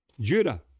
Judah